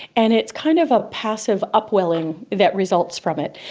and it's kind of a passive up-welling that results from it.